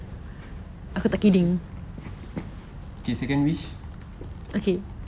okay second wish